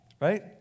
right